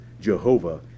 Jehovah